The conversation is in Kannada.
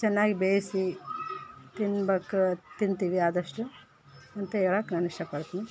ಚೆನ್ನಾಗಿ ಬೇಯಿಸಿ ತಿನ್ಬೇಕು ತಿಂತೀವಿ ಆದಷ್ಟು ಅಂತ ಹೇಳೋಕ್ಕೆ ನಾನು ಇಷ್ಟಪಡ್ತೀನಿ